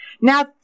Now